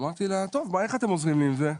אמרתי לה: טוב, איך אתם עוזרים לי עם זה?